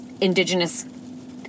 Indigenous